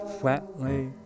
flatly